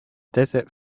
desert